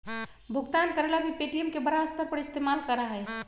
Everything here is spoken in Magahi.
भुगतान करे ला भी पे.टी.एम के बड़ा स्तर पर इस्तेमाल करा हई